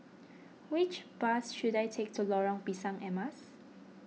which bus should I take to Lorong Pisang Emas